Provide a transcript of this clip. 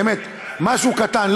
באמת, משהו קטן.